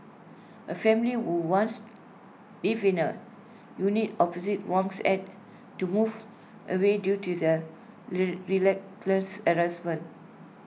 A family who once lived in A unit opposite Wang's had to move away due to the